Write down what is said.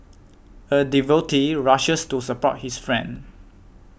a devotee rushes to support his friend